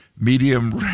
medium